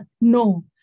No